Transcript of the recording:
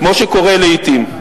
כמו שקורה לעתים.